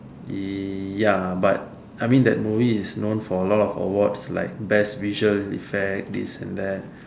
ya but I mean that movie is known for a lot of awards like best vision effect this and that